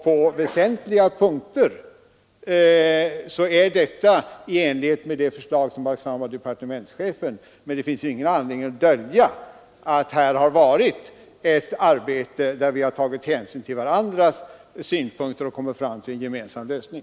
På väsentliga punkter är detta i enlighet med de förslag som framlagts av departementschefen, men det finns ingen anledning att dölja att det har varit ett arbete där vi tagit hänsyn till varandras synpunkter och att vi tack vare det har kommit fram till en gemensam lösning.